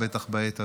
בטח בעת הזו.